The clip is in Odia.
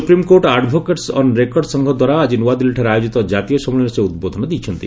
ସୁପ୍ରିମ୍କୋର୍ଟ ଆଡ୍ଭୋକେଟସ୍ ଅନରେକର୍ଡ ସଂଘ ଦ୍ୱାରା ଆକି ନୂଆଦିଲ୍ଲୀଠାରେ ଆୟୋଜିତ ଜାତୀୟ ସମ୍ମିଳନୀରେ ସେ ଉଦ୍ବୋଧନ ଦେଇଛନ୍ତି